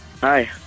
Hi